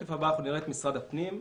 בשקף הבא אנחנו נראה את משרד הפנים.